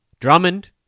Drummond